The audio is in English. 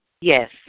Yes